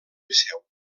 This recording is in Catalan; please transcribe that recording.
liceu